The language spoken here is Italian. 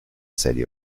serie